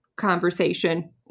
conversation